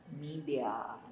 media